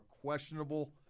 questionable